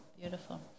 beautiful